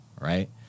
right